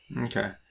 Okay